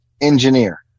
engineer